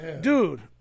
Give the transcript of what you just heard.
Dude